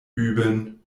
üben